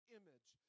image